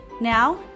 Now